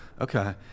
Okay